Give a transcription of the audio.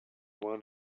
want